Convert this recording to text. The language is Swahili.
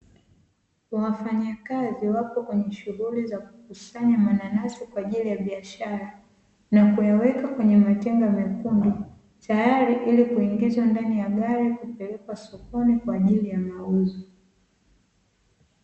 Wafanyakazi wapo kwenye shughuli ya kukusanya mananasi kwa ajili ya biashara na kuyaweka kwenye matenga mekundu tayari ili kuingizwa ndani ya gari kupelekwa sokoni kwa ajili ya mauzo.